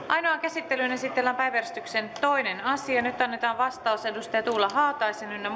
ainoaan käsittelyyn esitellään päiväjärjestyksen toinen asia nyt annetaan vastaus edustaja tuula haataisen ynnä